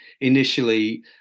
initially